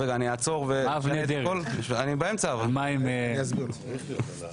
אני באמצע, אני אסביר.